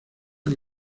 que